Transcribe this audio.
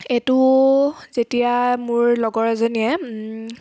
এইটো যেতিয়াই মোৰ লগৰ এজনীয়ে